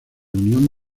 unión